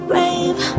Brave